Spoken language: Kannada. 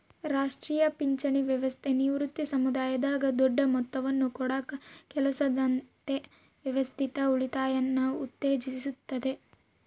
ರಾಷ್ಟ್ರೀಯ ಪಿಂಚಣಿ ವ್ಯವಸ್ಥೆ ನಿವೃತ್ತಿ ಸಮಯದಾಗ ದೊಡ್ಡ ಮೊತ್ತವನ್ನು ಕೊಡಕ ಕೆಲಸದಾದ್ಯಂತ ವ್ಯವಸ್ಥಿತ ಉಳಿತಾಯನ ಉತ್ತೇಜಿಸುತ್ತತೆ